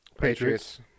Patriots